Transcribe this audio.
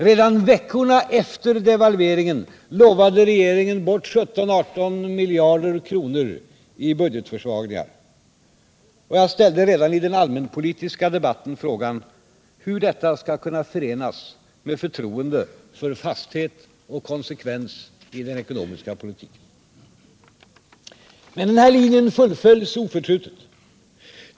Redan veckorna efter devalveringen lovade regeringen bort 17-18 miljarder kronor i budgetförsvagningar. Och jag ställde redan i den allmänpolitiska debatten frågan hur detta skall kunna förenas med förtroende för fasthet och konsekvens i den ekonomiska politiken. Men denna linje fullföljs oförtrutet.